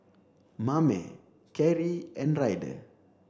Mame Cary and Ryder